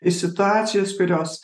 iš situacijos kurios